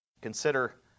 Consider